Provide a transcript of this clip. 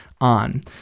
on